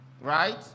right